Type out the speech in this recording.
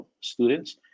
students